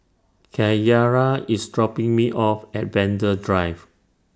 Kyara IS dropping Me off At Vanda Drive